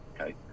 Okay